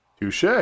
Touche